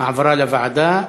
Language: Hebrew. העברה לוועדה.